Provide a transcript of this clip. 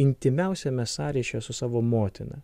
intymiausiame sąryšyje su savo motina